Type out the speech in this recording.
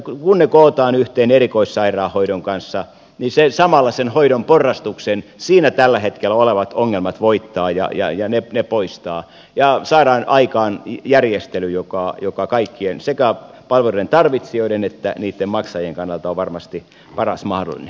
kun ne kootaan yhteen erikoissairaanhoidon kanssa niin se samalla sen hoidon porrastuksessa tällä hetkellä olevat ongelmat voittaa ja ne poistaa ja saadaan aikaan järjestely joka kaikkien sekä palveluiden tarvitsijoiden että niitten maksajien kannalta on varmasti paras mahdollinen